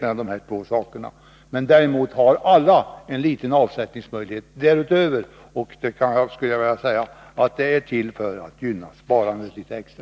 Alla har emellertid en liten avsättningsmöjlighet därutöver, som är till för att gynna sparandet litet extra.